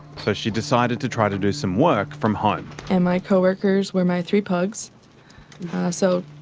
so she decided to try to do some work from home. and my co-workers were my three pugs so,